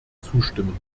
zustimmen